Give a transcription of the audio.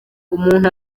umuntu